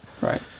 Right